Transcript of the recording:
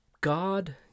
God